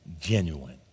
genuine